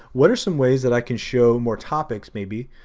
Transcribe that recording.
what are some ways that i can show more topics, maybe,